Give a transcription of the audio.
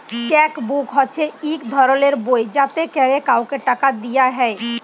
cheque book হছে ইক ধরলের বই যাতে ক্যরে কাউকে টাকা দিয়া হ্যয়